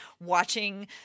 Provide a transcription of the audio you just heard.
watching